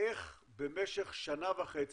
איך במשך שנה וחצי,